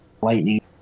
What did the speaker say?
lightning